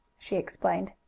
she explained.